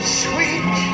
sweet